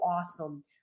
awesome